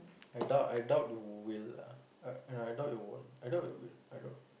I doubt I doubt you will ah I I doubt you won't I doubt you will I don't